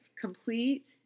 complete